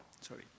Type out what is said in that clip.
sorry